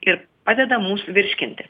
ir padeda mums virškinti